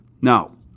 Now